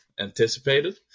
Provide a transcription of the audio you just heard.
anticipated